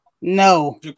No